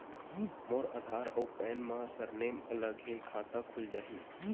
मोर आधार आऊ पैन मा सरनेम अलग हे खाता खुल जहीं?